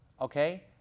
Okay